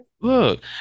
look